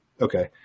Okay